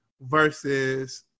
versus –